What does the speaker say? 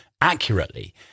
accurately